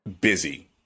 busy